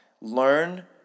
Learn